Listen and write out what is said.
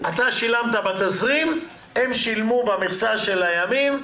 שילמת בתזרים, הם שילמו במכסה של הימים.